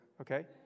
Okay